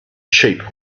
sheep